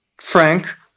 Frank